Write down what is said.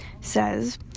says